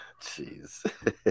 Jeez